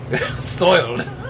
soiled